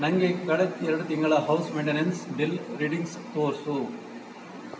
ನನಗೆ ಕಳೆದ ಎರಡು ತಿಂಗಳ ಹೌಸ್ ಮೇಯ್ನ್ಟೆನೆನ್ಸ್ ಬಿಲ್ ರೀಡಿಂಗ್ಸ್ ತೋರಿಸು